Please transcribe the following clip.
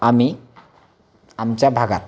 आम्ही आमच्या भागात